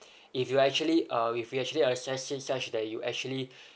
if you actually uh if we actually assess it such that you actually